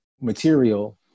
material